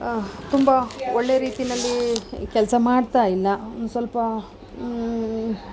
ತುಂಬ ಒಳ್ಳೆ ರೀತಿಯಲ್ಲಿ ಕೆಲಸ ಮಾಡ್ತಾ ಇಲ್ಲ ಒಂದು ಸ್ವಲ್ಪ